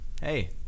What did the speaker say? Hey